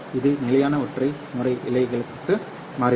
இது நிலையான ஒற்றை முறை இழைகளுக்கு மாறிவிடும்